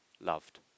loved